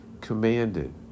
commanded